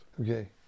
Okay